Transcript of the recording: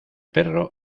perro